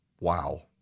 Wow